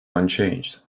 unchanged